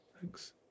thanks